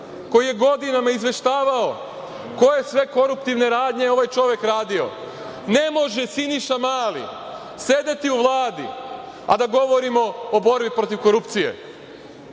koji je godinama izveštavao koje sve koruptivne radnje je ovaj čovek radio. Ne može Siniša Mali sedeti u Vladi, a da govorimo o borbi protiv korupcijePre